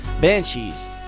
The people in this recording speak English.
Banshees